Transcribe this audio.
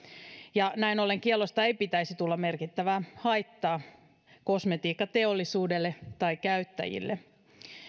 ja näin ollen kiellosta ei pitäisi tulla merkittävää haittaa kosmetiikkateollisuudelle tai käyttäjille